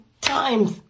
times